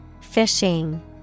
Fishing